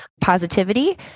positivity